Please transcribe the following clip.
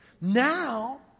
Now